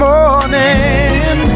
morning